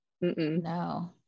no